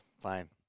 fine